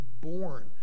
born